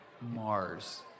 Mars